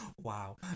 Wow